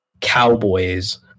cowboys